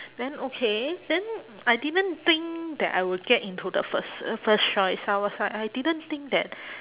then okay then I didn't think that I will get into the first uh first choice I was like I didn't think that